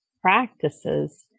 practices